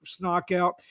knockout